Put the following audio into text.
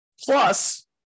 Plus